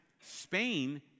Spain